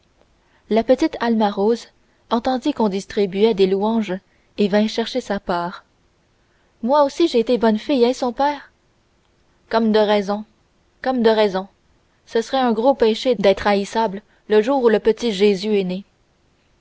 la petite alma rose entendit qu'on distribuait des louanges et vint chercher sa part moi aussi j'ai été bonne fille eh son père comme de raison comme de raison ce serait un gros péché d'être haïssable le jour où le petit jésus est né